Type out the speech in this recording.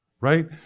right